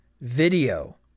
video